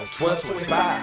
1225